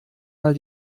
mal